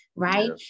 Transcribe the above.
Right